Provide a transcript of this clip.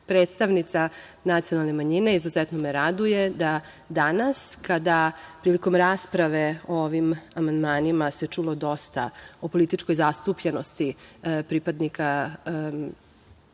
predstavnica nacionalne manjine izuzetno me raduje da danas kada prilikom rasprave o ovim amandmanima se čulo dosta o političkoj zastupljenosti pripadnika stranaka